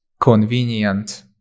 convenient